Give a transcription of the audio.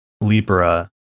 Libra